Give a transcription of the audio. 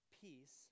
peace